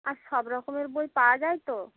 আর সব রকমের বই পাওয়া যায় তো